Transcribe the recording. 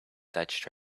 touched